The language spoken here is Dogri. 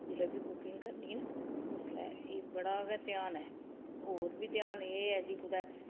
जिसलै बी कुकिंग करनी ना उसलै एह् बड़ा गै ध्यान ऐ होर बी ध्यान एह् ऐ जी कुतै